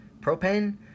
Propane